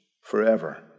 forever